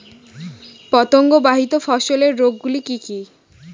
পতঙ্গবাহিত ফসলের রোগ গুলি কি কি?